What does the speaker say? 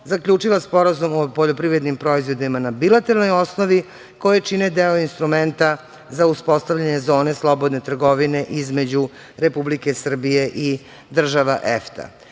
zaključila Sporazum o poljoprivrednim proizvodima na bilateralnoj osnovi, koji čine deo instrumenta za uspostavljanje zone slobodne trgovine između Republike Srbije i država